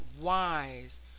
wise